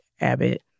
Abbott